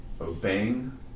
obeying